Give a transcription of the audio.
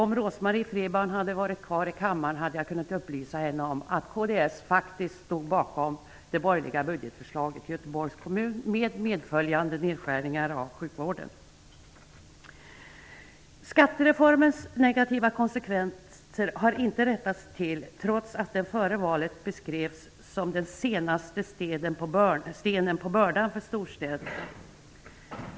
Om Rose-Marie Frebran hade varit kvar i kammaren kunde jag ha upplyst henne om att kds stod bakom det borgerliga budgetförslaget i Göteborgs kommun med åtföljande nedskärningar i sjukvården. Skattereformens negativa konsekvenser har inte rättats till trots att den före valet beskrevs som ''den senaste stenen på bördan för storstäderna''.